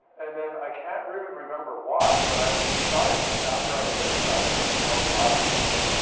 and then, i can't really remember why, but i decided after i had hypnotized her and she's all relaxed and everything,